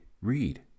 read